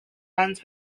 runs